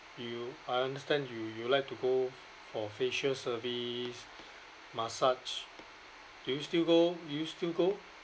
you I understand you you like to go for facial service massage do you still go do you still go